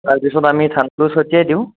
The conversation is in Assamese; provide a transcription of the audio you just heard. তাৰপিছত আমি ধানটো চটিতাই দিওঁ